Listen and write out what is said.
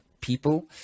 people